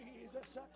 Jesus